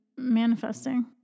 Manifesting